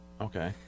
Okay